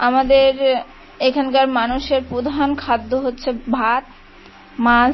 আমাদের এ এখানকার মানুষের পোধান খাদ্য হচ্ছে ভাত মাছ